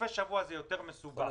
בסופי השבוע זה יותר מסובך.